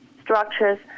structures